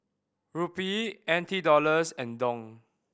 Rupee N T Dollars and Dong